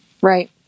Right